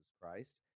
Christ